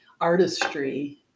artistry